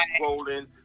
rolling